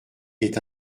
est